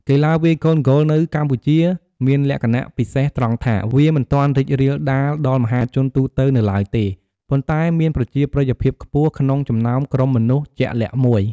កីឡាវាយកូនហ្គោលនៅកម្ពុជាមានលក្ខណៈពិសេសត្រង់ថា វាមិនទាន់រីករាលដាលដល់មហាជនទូទៅនៅឡើយទេ ប៉ុន្តែមានប្រជាប្រិយភាពខ្ពស់ក្នុងចំណោមក្រុមមនុស្សជាក់លាក់មួយ។